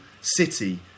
city